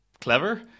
clever